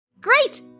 Great